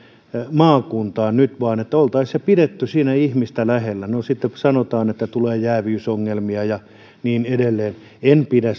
maakuntaan nyt vaan oltaisiin pidetty se ihmistä lähellä no sitten sanotaan että tulee jääviysongelmia ja niin edelleen en pidä